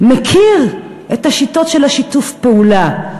מכיר את השיטות של שיתוף הפעולה,